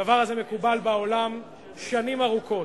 הדבר הזה מקובל בעולם שנים ארוכות.